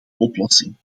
oplossing